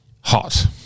Hot